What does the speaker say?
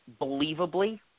believably